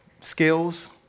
skills